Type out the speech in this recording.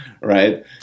right